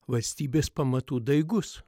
valstybės pamatų daigus